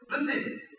Listen